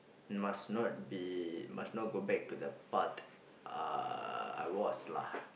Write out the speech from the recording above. must not be must not go back to that part uh I was lah